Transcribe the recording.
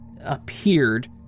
appeared